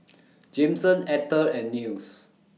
Jameson Etter and Nils